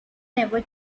never